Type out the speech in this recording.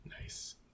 nice